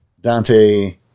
Dante